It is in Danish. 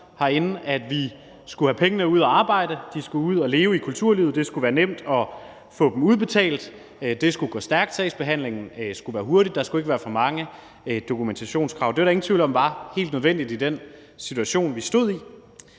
at vi skulle have pengene ud at arbejde. De skulle ud at virke i kulturlivet, det skulle være nemt at få dem udbetalt. Det skulle gå stærkt, sagsbehandlingen skulle være hurtig, der skulle ikke være for mange dokumentationskrav. Det er der ingen tvivl om var helt nødvendigt i den situation, vi stod i,